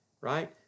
right